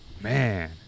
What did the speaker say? Man